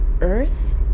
earth